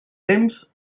temps